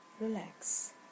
Relax